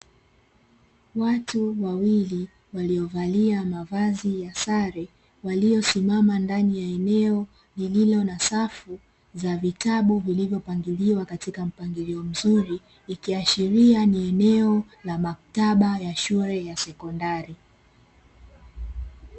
Watu wawili waliovalia mavazi ya sare, waliosimama ndani ya eneo lililo na safu ya vitabu vilivyopangiliwa katika mpangilio ulio mzuri, ikiashiria ni eneo la maktaba ya shule ya sekondari.